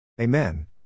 Amen